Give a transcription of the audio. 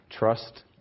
Trust